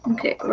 Okay